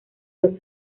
los